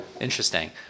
Interesting